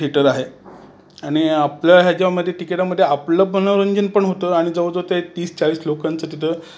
theatre आहे आणि आपल्या ह्याच्यामध्ये तिकिटामध्ये आपलं मनोरंजन पण होतं आणि जवळ जवळ ते तीस चाळीस लोकांचं तिथं